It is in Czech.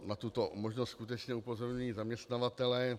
Na tuto možnost skutečně upozorňují zaměstnavatelé.